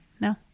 No